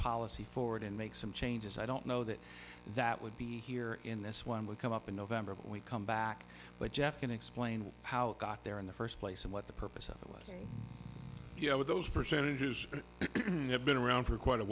policy forward and make some changes i don't know that that would be here in this one would come up in november when we come back but jeff can explain how it got there in the first place and what the purpose of it was you know with those percentages you have been around for quite a